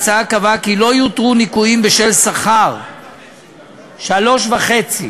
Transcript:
ההצעה קבעה כי לא יותרו ניכויים בשל שכר 2.5. 3.5,